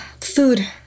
Food